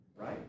right